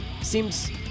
seems